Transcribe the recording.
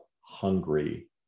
hungry